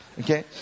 okay